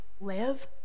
live